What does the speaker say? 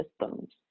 systems